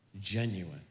genuine